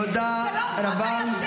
תודה רבה.